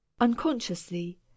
unconsciously